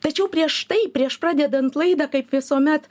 tačiau prieš tai prieš pradedant laidą kaip visuomet